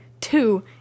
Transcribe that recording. Two